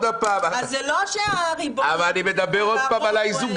זה לא שהריבון --- אבל אני מדבר עוד פעם על האיזון.